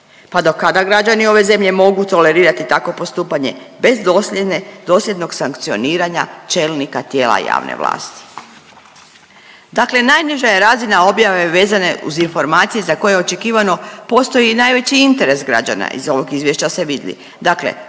Pa do kada građani ove zemlje mogu tolerirati takvo postupanje bez dosljedne, dosljednog sankcioniranja čelnika tijela jave vlasti. Dakle najniža je razina objave vezane uz informacije za koje očekivano postoji i najveći interes građana iz ovog izvješća se vidi.